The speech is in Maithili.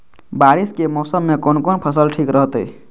बारिश के मौसम में कोन कोन फसल ठीक रहते?